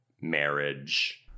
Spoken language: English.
marriage